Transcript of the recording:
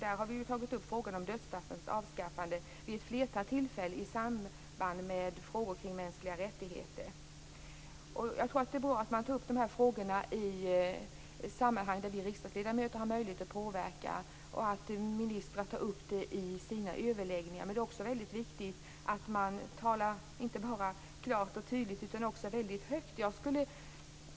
Där har vi tagit upp frågan om dödsstraffets avskaffande vid ett flertal tillfällen i samband med frågor kring mänskliga rättigheter. Jag tror att det är bra att man tar upp de här frågorna i ett sammanhang där vi riksdagsledamöter har möjlighet att påverka och att ministrar tar upp det i sina överläggningar. Men det är även viktigt att man inte bara talar klart och tydligt utan också mycket högt.